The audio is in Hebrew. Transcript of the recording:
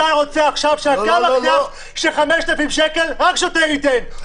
אתה רוצה עכשיו ש-5,000 שקל רק שוטר ייתן,